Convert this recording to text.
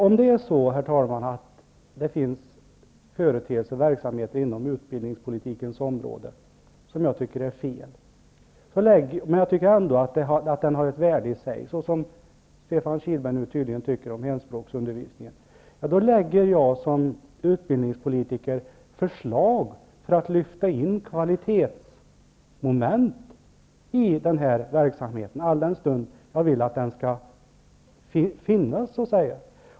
Om det finns företeelser och verksamheter inom utbildningspolitikens område som jag anser vara fel, lägger jag som utbildningspolitiker fram förslag för att få in ett kvalitetsmoment i denna verksamhet, alldenstund jag vill att det skall finnas ett sådant. Jag tycker ändå att verksamheten kan ha ett värde i sig, precis som Stefan Kihlberg anser om hemspråksundervisningen.